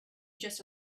just